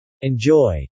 Enjoy